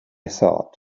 thought